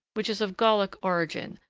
which is of gallic origin,